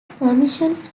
permissions